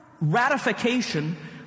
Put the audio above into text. ratification